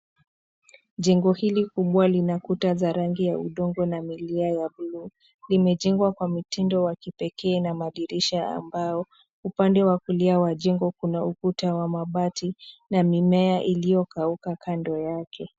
Jengo hili kubwa lina kuta za rangi ya udongo na milia ya bluu. Limejengwa kwa mtindo wa kipekee na madirisha ambao, upande wa kulia wa jengo una ukuta wa mabati na mimea iliyokauka kando yake.